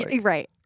Right